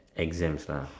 exams ah